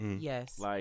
Yes